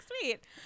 sweet